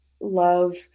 love